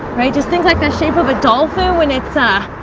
right? just think like the shape of a dolphin when it's ah,